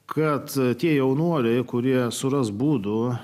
kad tie jaunuoliai kurie suras būdų